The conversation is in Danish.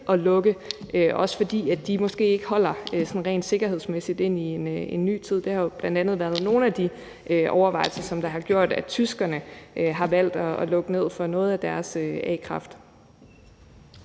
at lukke, også fordi de måske ikke sådan rent sikkerhedsmæssigt holder ind i en ny tid. Det har jo været nogle af de overvejelser, som har gjort, at tyskerne har valgt at lukke ned for noget af deres a-kraft.